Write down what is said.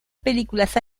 películas